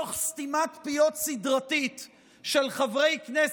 תוך סתימת פיות סדרתית של חברי כנסת,